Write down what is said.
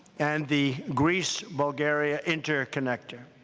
and the greece-bulgaria interconnector.